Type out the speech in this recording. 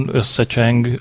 összecseng